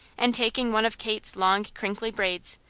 and taking one of kate's long, crinkly braids,